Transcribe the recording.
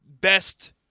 best